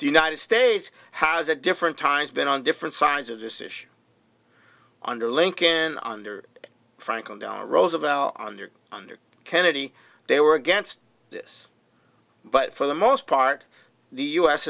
the united states has a different times been on different sides of this issue under lincoln under franklin delano roosevelt on their under kennedy they were against this but for the most part the u